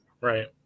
Right